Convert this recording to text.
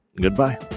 Goodbye